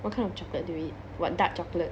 what kind of chocolate do you eat what dark chocolate